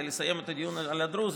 כדי לסיים את הדיון על הדרוזים,